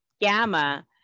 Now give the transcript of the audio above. gamma